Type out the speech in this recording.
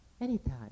Anytime